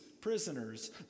prisoners